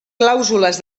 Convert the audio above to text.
clàusules